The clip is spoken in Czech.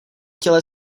těle